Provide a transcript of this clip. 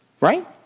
Right